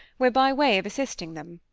were by way of assisting them.